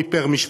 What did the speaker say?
גם אשתי.